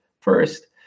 first